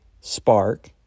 spark